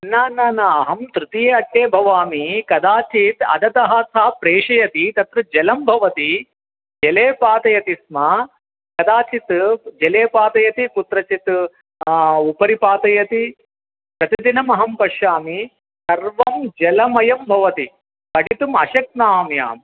न न न अहं तृतीये अट्टे भवामि कदाचित् अधः सः प्रेषयति तत्र जलं भवति जले पातयति स्म कदाचित् जले पातयति कुत्रचित् उपरि पातयति प्रतिदिनं अहं पश्यामि सर्वं जलमयं भवति पठितुम् अशक्नोमि अहम्